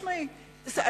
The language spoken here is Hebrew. חד-משמעית.